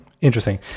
interesting